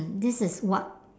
this is what